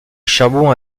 charbon